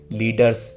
leaders